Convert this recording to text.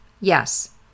Yes